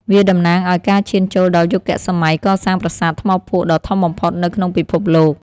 វាតំណាងឱ្យការឈានចូលដល់យុគសម័យកសាងប្រាសាទថ្មភក់ដ៏ធំបំផុតនៅក្នុងពិភពលោក។